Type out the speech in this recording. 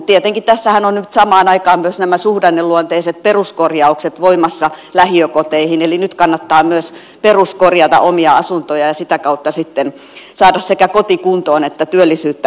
tietenkin tässähän on nyt samaan aikaan myös nämä suhdanneluonteiset peruskorjaukset voimassa lähiökoteihin eli nyt kannattaa myös peruskorjata omia asuntoja ja sitä kautta sitten saada sekä koti kuntoon että työllisyyttä edistää